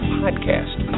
podcast